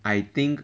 I think